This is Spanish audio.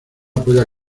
pueda